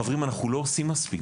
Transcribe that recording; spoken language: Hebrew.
חברים, אנחנו לא עושים מספיק.